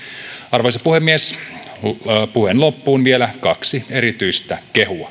arvoisa puhemies puheen loppuun vielä kaksi erityistä kehua